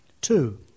Two